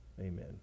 Amen